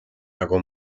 nagu